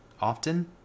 often